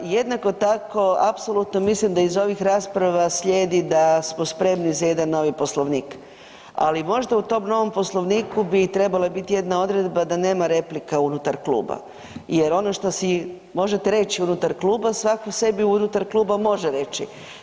Jednako tako apsolutno mislim da iz ovih rasprava slijedi da smo spremni za jedan novi Poslovnik, ali možda u tom novom Poslovniku bi trebala bit jedna odredba da nema replika unutar kluba jer ono što si možete reć unutar kluba, svako sebi unutar kluba može reći.